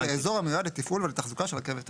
זה אזור המיועד לתפעול ולתחזוקה של רכבת תחתית.